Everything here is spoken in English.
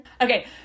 Okay